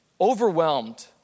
overwhelmed